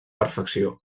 perfecció